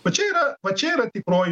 va čia yra va čia yra tikroji